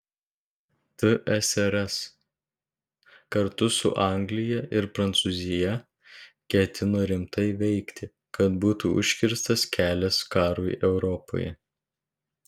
tsrs kartu su anglija ir prancūzija ketino rimtai veikti kad būtų užkirstas kelias karui europoje